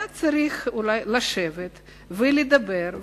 היה צריך אולי לשבת ולדבר,